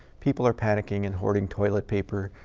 people are panicking and hoarding toilet paper,